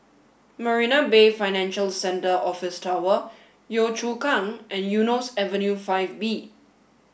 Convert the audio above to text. Marina Bay Financial Centre Office Tower Yio Chu Kang and Eunos Avenue Five B